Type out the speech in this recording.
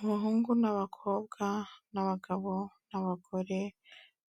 Abahungu n'abakobwa n'abagabo n'abagore